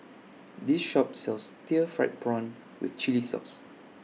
This Shop sells Stir Fried Prawn with Chili Sauce